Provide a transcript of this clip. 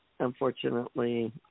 Unfortunately